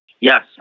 Yes